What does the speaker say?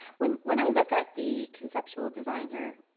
when when i look at the conceptual design here,